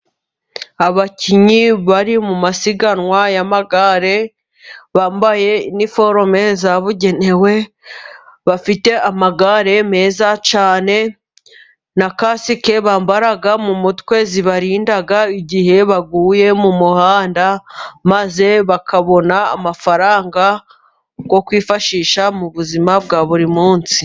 Abakinnyi bari mu masiganwa yamagare, bambaye iniforume zabugenewe, bafite amagare meza cyane, na casike bambara mu mutwe zibarinda, igihe baguye mumuhanda, maze bakabona amafaranga, yo kwifashisha mu buzima, bwa buri munsi.